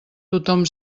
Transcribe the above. tothom